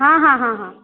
हॅं हॅं हॅं